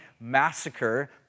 massacre